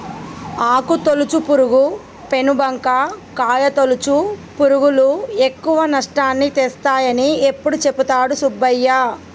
ఆకు తొలుచు పురుగు, పేను బంక, కాయ తొలుచు పురుగులు ఎక్కువ నష్టాన్ని తెస్తాయని ఎప్పుడు చెపుతాడు సుబ్బయ్య